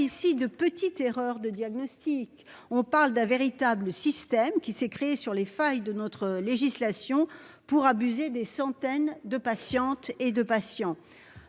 de petites erreurs de diagnostic, on parle d'un véritable système qui s'est créé sur les failles de notre législation pour abuser des centaines de patientes et de patients